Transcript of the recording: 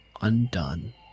Undone